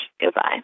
Goodbye